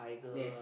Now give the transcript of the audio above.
yes